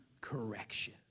correction